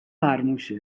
فرموشه